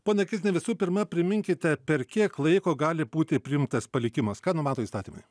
ponia kizne visų pirma priminkite per kiek laiko gali būti priimtas palikimas ką numato įstatymai